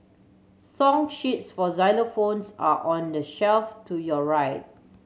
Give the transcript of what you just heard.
song sheets for xylophones are on the shelf to your right